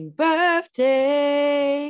birthday